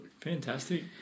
Fantastic